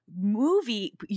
movie